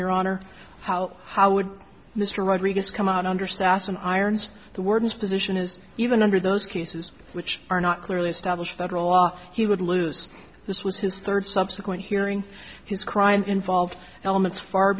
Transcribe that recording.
your honor how how would mr rodriguez come out under stassen irons the words position is even under those cases which are not clearly established federal law he would lose this was his third subsequent hearing his crime involved elements far